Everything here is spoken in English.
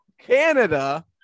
canada